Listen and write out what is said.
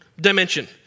dimension